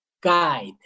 guide